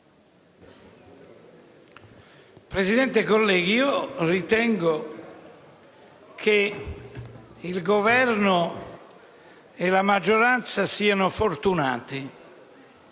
Presidente, colleghi, ritengo che il Governo e la maggioranza siano fortunati,